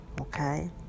okay